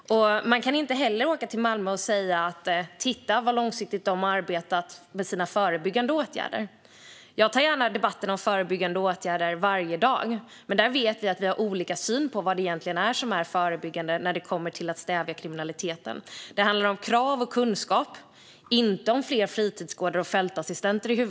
Man kan inte heller åka till Malmö och säga: Titta, vad långsiktigt de har arbetat med sina förebyggande åtgärder! Jag tar gärna debatten om förebyggande åtgärder varje dag, men jag vet att vi har olika syn på vad det egentligen är som är förebyggande när det gäller att stävja kriminaliteten. Det handlar om krav och kunskap, inte i huvudsak om fler fritidsgårdar och fältassistenter.